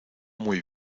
muy